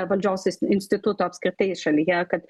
valdžios is instituto apskritai šalyje kad